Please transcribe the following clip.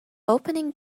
opening